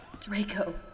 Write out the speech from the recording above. Draco